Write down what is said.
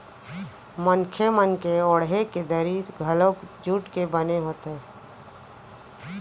मनखे मन के ओड़हे के दरी घलोक जूट के बने होथे